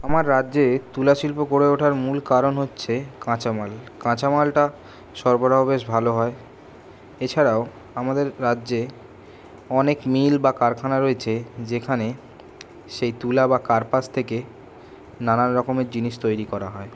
আমার রাজ্যে তুলা শিল্প গড়ে ওঠার মূল কারণ হচ্ছে কাঁচা মাল কাঁচা মালটা সরবরাহ বেশ ভালো হয় এছাড়াও আমাদের রাজ্যে অনেক মিল বা কারখানা রয়েছে যেখানে সেই তুলা বা কার্পাস থেকে নানান রকমের জিনিস তৈরি করা হয়